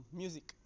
music